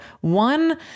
one